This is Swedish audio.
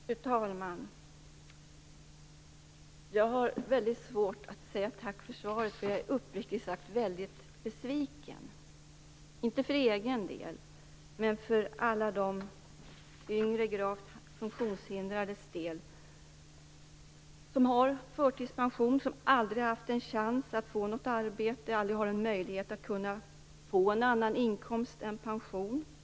Fru talman! Jag har väldigt svårt för att säga tack för svaret. Jag är uppriktigt sagt besviken, inte för egen del men för alla de yngre gravt funktionshindrades del som har förtidspension, som aldrig har haft en chans att få ett arbete och som inte har någon möjlighet att få någon annan inkomst än pension.